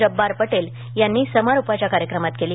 जब्बार पटेल यांनी समारोपाच्या कार्यक्रमात केली